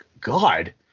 God